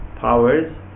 powers